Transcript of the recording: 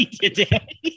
today